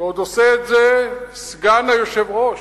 ועוד עושה את זה סגן היושב-ראש,